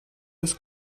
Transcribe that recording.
ist